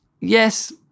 yes